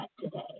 today